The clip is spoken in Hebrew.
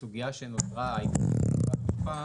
הסוגיה שנותרה פתוחה